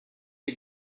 you